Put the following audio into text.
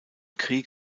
krieg